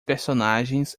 personagens